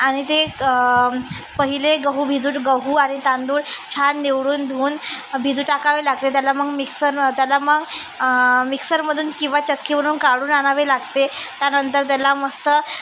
आणि ते पहिले गहू भिजून गहू आणि तांदूळ छान निवडून धुवून भिजू टाकावे लागते त्याला मग मिक्सर त्याला मग मिक्सरमधून किंवा चक्कीवरून काढून आणावे लागते त्यानंतर त्याला मस्त